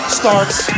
starts